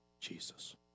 Jesus